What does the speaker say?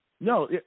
No